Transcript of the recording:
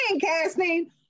casting